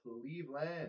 Cleveland